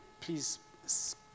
please